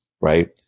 right